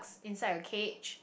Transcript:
inside a cage